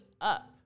up